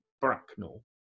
Bracknell